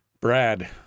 Brad